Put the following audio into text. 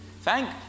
Thank